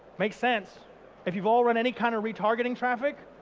makes sense if you've all run any kind of retargeting traffic,